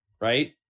right